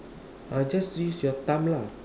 uh just use your thumb lah